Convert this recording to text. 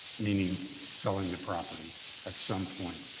meaning selling the property at some point.